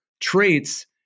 traits